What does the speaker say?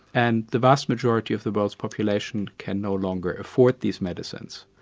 and the vast majority of the world's population can no longer afford these medicines.